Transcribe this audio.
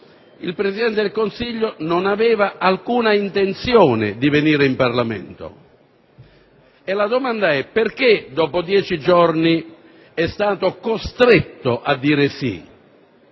Il Presidente del Consiglio non aveva alcuna intenzione di venire in Parlamento. La domanda è: perché dopo dieci giorni è stato costretto a dire sì?